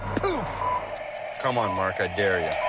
poof come on mark i dare you